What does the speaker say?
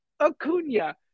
Acuna